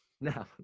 Now